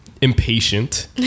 impatient